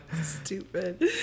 Stupid